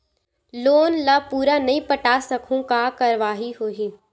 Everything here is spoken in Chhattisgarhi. लोन ला पूरा नई पटा सकहुं का कारवाही होही?